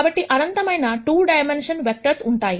కాబట్టి అనంతమైన 2 dimension vectors ఉంటాయి